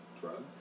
drugs